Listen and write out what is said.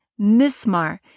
mismar